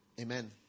Amen